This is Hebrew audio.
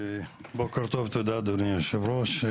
בוקר טוב, תודה אדוני היושב-ראש.